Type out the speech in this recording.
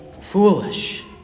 foolish